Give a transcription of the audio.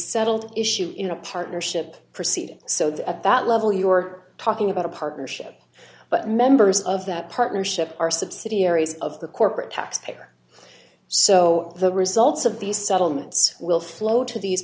settled issue in a partnership proceedings so that at that level you are talking about a partnership but members of that partnership are subsidiaries of the corporate tax payer so the results of these settlements will flow to these